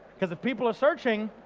because if people are searching,